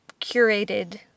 curated